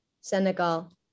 Senegal